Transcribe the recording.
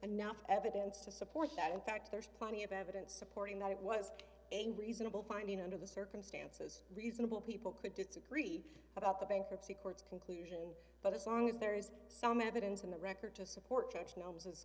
enough evidence to support that in fact there's plenty of evidence supporting that it was a reasonable finding under the circumstances reasonable people could disagree about the bankruptcy courts conclusion but as long as there is some evidence in the record to support